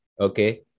okay